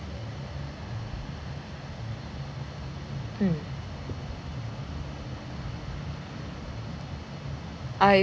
mm